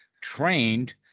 trained